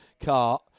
car